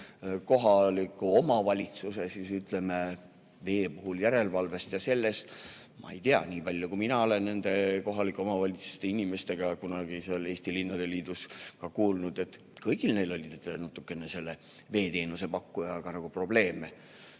kohaliku omavalitsuse, ütleme, vee puhul järelevalvest ja sellest, siis ma ei tea. Nii palju, kui mina olen kohalike omavalitsuste inimestelt kunagi seal Eesti linnade liidus kuulnud, kõigil neil oli natukene selle veeteenuse pakkujaga probleeme.